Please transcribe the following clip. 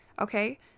Okay